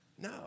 No